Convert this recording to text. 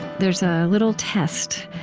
there's a little test,